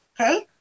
okay